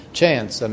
chance